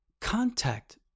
contact